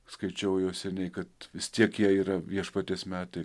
skaičiau jau seniai kad vis tiek jie yra viešpaties metai